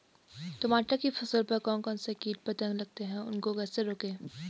टमाटर की फसल पर कौन कौन से कीट पतंग लगते हैं उनको कैसे रोकें?